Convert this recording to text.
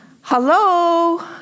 Hello